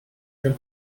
jean